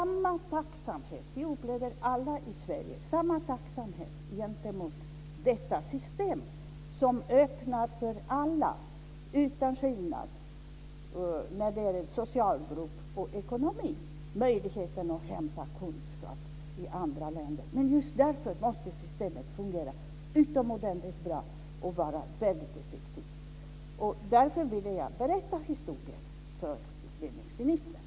Vi upplever alla i Sverige samma tacksamhet gentemot detta system som öppnar möjligheten att hämta kunskap i andra länder för alla utan åtskillnad när det gäller socialgrupp och ekonomi. Men just därför måste systemet fungera utomordentligt bra och vara väldigt effektivt. Därför ville jag berätta historien för utbildningsministern.